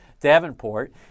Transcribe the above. Davenport